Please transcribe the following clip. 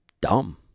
dumb